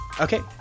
Okay